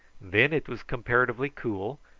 then it was comparatively cool,